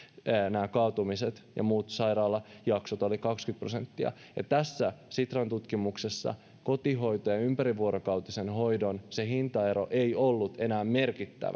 nämä kaatumiset ja muut sairaalajaksot olivat kaksikymmentä prosenttia ja tämän sitran tutkimuksen mukaan kotihoidon ja ympärivuorokautisen hoidon hintaero ei ollut enää merkittävä tässäkin